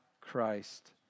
Christ